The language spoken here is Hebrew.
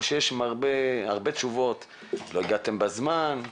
או שיש הרבה תשובות 'לא הגעתם בזמן',